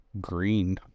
Green